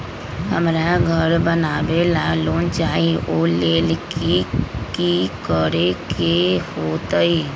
हमरा घर बनाबे ला लोन चाहि ओ लेल की की करे के होतई?